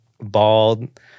bald